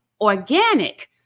organic